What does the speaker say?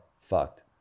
fucked